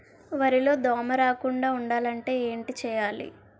వరిలో దోమ రాకుండ ఉండాలంటే ఏంటి చేయాలి?